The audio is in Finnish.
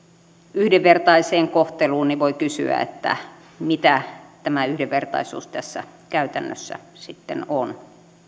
yhdenvertaiseen kohteluun niin voi kysyä mitä tämä yhdenvertaisuus käytännössä tässä sitten on